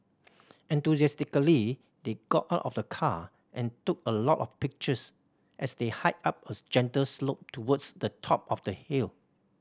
enthusiastically they got out of the car and took a lot of pictures as they hiked up a gentle slope towards the top of the hill